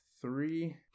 three